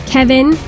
Kevin